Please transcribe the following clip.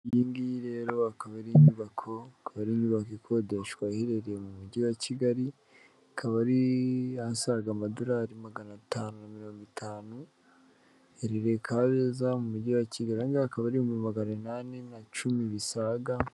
Iyi ngiyi rero akaba ari inyubako, akaba ari inyubako ikodeshwa iherereye mu mujyi wa Kigali, akaba ari asaga amadolari magana atanu na mirongo itanu, iherereye Kabeza mu mujyi wa Kigali, aha ngaha akaba ari ibihumbi magana inani na cumi bisaga.